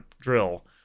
drill